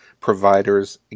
providers